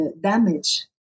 damage